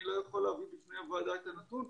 לא יכול להביא בפני הוועדה את הנתון,